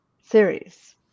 series